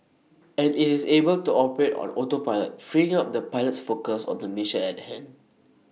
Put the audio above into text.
and IT is able to operate on autopilot freeing up the pilots focus on the mission at hand